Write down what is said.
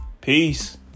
Peace